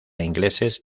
ingleses